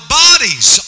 bodies